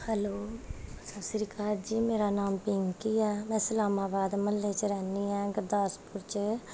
hello ਸਤਿ ਸ਼੍ਰੀ ਅਕਾਲ ਜੀ ਮੇਰਾ ਨਾਮ ਪਿੰਕੀ ਆ ਮੈਂ ਸਲਾਮਾਬਾਦ ਮੁਹੱਲੇ 'ਚ ਰਹਿੰਦੀ ਹਾਂ ਗੁਰਦਾਸਪੁਰ 'ਚ